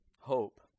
hope